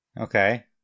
Okay